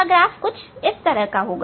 अब यह इस तरह का वक्र होगा